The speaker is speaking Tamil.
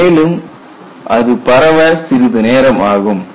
அது மேலும் பரவ சிறிது நேரம் ஆகும்